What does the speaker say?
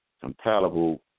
compatible